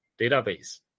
database